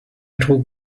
trug